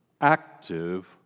active